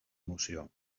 moció